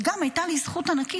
וגם הייתה לי זכות ענקית,